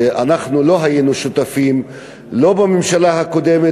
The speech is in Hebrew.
שאנחנו לא היינו שותפים לא בממשלה הקודמת